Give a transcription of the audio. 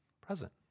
present